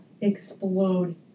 explode